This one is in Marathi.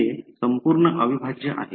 ते संपूर्ण अविभाज्य आहे